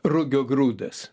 rugio grūdas